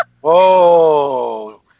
Whoa